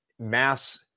mass